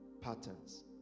patterns